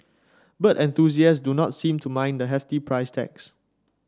bird enthusiast do not seem to mind the hefty price tags